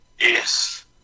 Yes